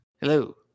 hello